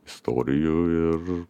istorijų ir